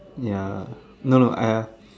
ya no no I